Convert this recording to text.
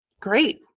Great